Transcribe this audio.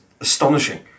astonishing